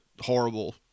horrible